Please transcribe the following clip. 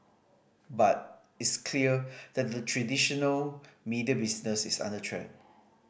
but it's clear that the traditional media business is under threat